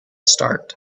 start